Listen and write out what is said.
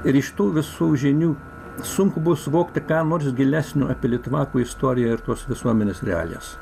ir iš tų visų žinių sunku bus suvokti ką nors gilesnio apie litvakų istoriją ir tos visuomenės realijas